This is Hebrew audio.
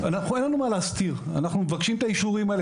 אין לנו מה להסתיר שאנחנו מבקשים את האישורים האלה,